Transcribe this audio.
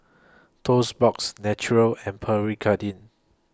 Toast Box Naturel and Pierre Cardin